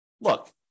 look